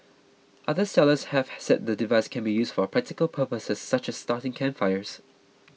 other sellers have have said the device can be used for practical purposes such as starting campfires